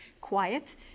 quiet